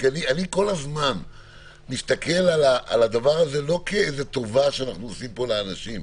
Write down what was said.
אני כל הזמן מסתכל על הדבר הזה לא כאיזו טובה שאנחנו עושים לאנשים.